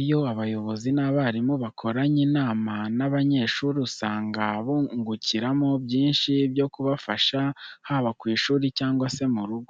iyo abayobozi n'abarimu bakoranye inama n'aba banyeshuri usanga bungukiramo byinshi byo kubafasha haba ku ishuri cyangwa se mu rugo.